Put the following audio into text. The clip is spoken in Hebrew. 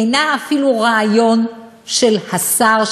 אינה אפילו רעיון של השר,